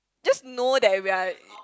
just know that we are